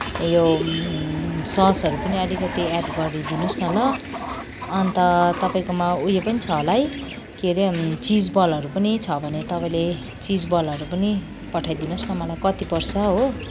यो ससहरू पनि अलिकति एड गरिदिनुहोस् न ल अन्त तपाईँकोमा उयो पनि छ होला है के अरे चिजबलहरू पनि छ भने तपाईँले चिजबलहरू पनि पठाइदिनुहोस् न मलाई कति पर्छ हो